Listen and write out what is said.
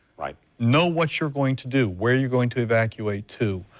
right. know what you are going to do. where you are going to evacuate to.